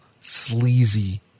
sleazy